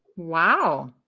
Wow